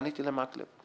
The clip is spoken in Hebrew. פניתי למקלב.